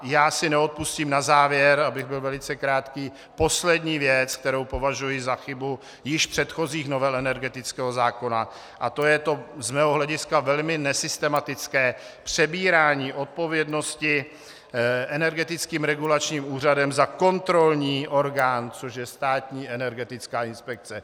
Já si neodpustím na závěr, abych byl velice krátký, poslední věc, kterou považuji za chybu již v předchozí novele energetického zákona, a to je to z mého hlediska velmi nesystematické přebírání odpovědnosti Energetickým regulačním úřadem za kontrolní orgán, což je Státní energetická inspekce.